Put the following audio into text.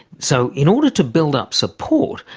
so in order to build up support,